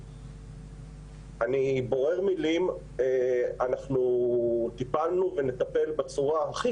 ואני בורר מילים: אנחנו טיפלנו ונטפל בצורה הכי